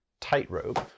tightrope